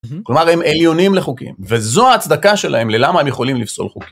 כלומר הם עליונים לחוקים, וזו הצדקה שלהם ללמה הם יכולים לפסול חוקים.